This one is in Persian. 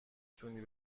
تونی